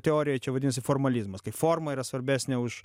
teorijoj čia vadinasi formalizmas kai forma yra svarbesnė už